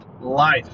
Life